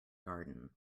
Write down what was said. garden